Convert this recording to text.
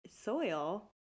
soil